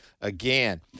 Again